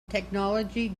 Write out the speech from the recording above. technology